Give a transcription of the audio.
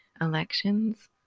elections